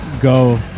go